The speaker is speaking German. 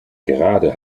gerade